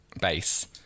base